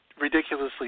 ridiculously